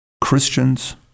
Christians